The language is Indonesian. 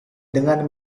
dengan